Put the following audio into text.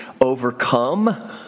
overcome